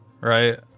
right